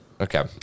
okay